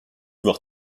voire